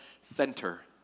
center